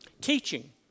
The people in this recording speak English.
Teaching